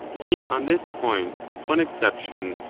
being on this point, with one exception,